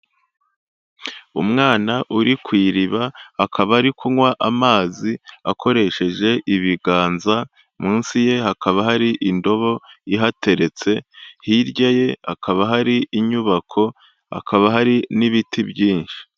Umwana uri ku iriba, akaba ari kunywa amazi akoresheje ibiganza, munsi ye hakaba hari indobo ihateretse, hirya ye hakaba hari inyubako, hakaba hari n'ibiti byinshi.